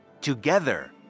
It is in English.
together